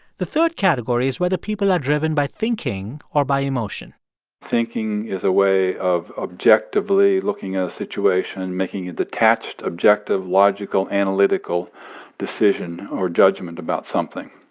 the third category is whether people are driven by thinking or by emotion thinking is a way of objectively looking at a situation, making a detached, objective, logical, analytical decision or judgment about something.